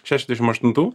šešiasdešim aštuntų